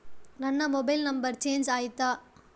ನನ್ನ mobile number change ಆಯ್ತಾ?